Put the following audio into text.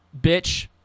bitch